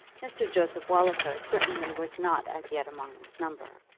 mr. joseph walliker certainly was not as yet among this number.